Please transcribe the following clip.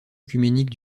œcuménique